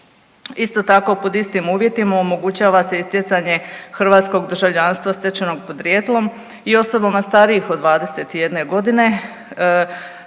Isto tako pod istim uvjetima omogućava se i stjecanje hrvatskog državljanstva stečenog podrijetlom i osobama starijih od 21 godine